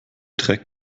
trägt